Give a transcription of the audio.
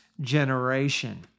generation